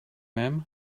him